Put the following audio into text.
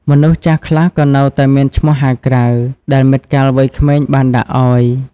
មនុស្សចាស់ខ្លះក៏នៅតែមានឈ្មោះហៅក្រៅ ដែលមិត្តកាលវ័យក្មេងបានដាក់ឲ្យ។